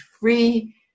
free